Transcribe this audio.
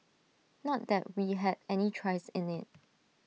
not that we had any choice in IT